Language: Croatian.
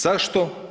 Zašto?